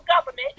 government